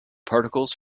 particles